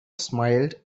smiled